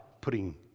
putting